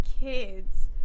kids